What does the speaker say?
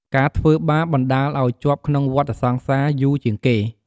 ការធ្វើបាបអាចបណ្តាលឲ្យជាប់ក្នុងវដ្តសង្សារ យូរជាងគេ។